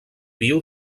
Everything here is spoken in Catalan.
viu